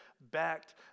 backed